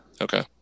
Okay